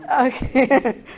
Okay